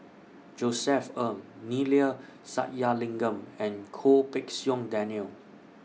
Josef Ng Neila Sathyalingam and Goh Pei Siong Daniel